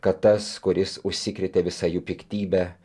kad tas kuris užsikrėtė visa jų piktybe